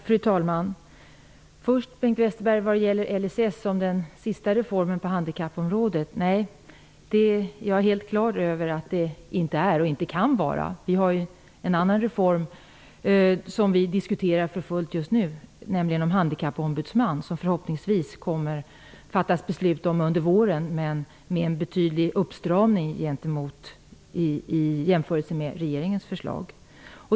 Fru talman! Jag har helt klart för mig att LSS inte är, och inte kan vara, den sista reformen på handikappområdet, Bengt Westerberg. Vi har ju en annan reform som vi diskuterar för fullt just nu, nämligen den om en handikappombudsman. Förhoppningsvis kommer det att fattas beslut om den under våren. Men den kommer då att få en betydlig uppstramning i jämförelse med regeringens förslag.